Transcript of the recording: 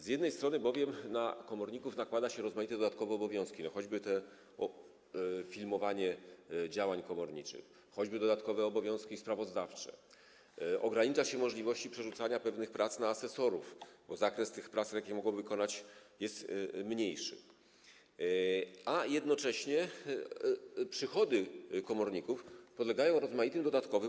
Z jednej strony bowiem na komorników nakłada się rozmaite dodatkowe obowiązki, choćby filmowanie działań komorniczych, choćby dodatkowe obowiązki sprawozdawcze, ogranicza się możliwości przerzucania pewnych prac na asesorów, bo zakres prac, jakie mogą wykonywać, jest mniejszy, a jednocześnie przychody komorników podlegają rozmaitym dodatkowym